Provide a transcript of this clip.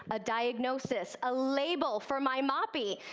a diagnosis, a label for my moppy.